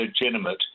legitimate